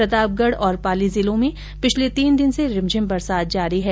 प्रतापगढ और पाली जिले में पिछले तीन दिन से रिमझिम बरसात जारी हैं